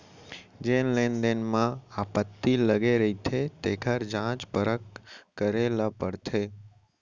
जेन लेन देन म आपत्ति लगे रहिथे तेखर जांच परख करे ल परथे